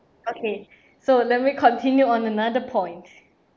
okay so let me continue on another point